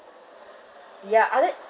ya other